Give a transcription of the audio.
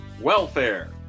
welfare